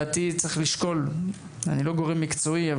אני לא גורם מקצועי,